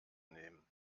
nehmen